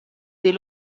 des